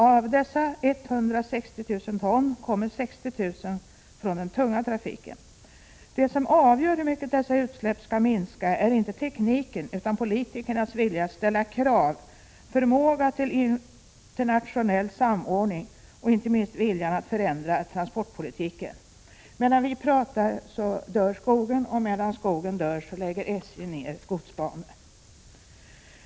Av dessa 160 000 ton kommer 60 000 ton från den tunga trafiken. Det som avgör hur mycket dessa utsläpp skall minska är inte tekniken utan politikernas vilja att ställa krav, förmåga till internationell samordning och inte minst viljan att förändra transportpolitiken. Medan vi talar dör skogen, och medan skogen dör lägger SJ ner godsbanor.